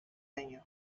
año